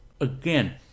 Again